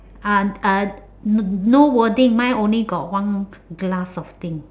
uh uh n~ no wording mine only got one g~ glass of thing